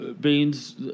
beans